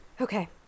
Okay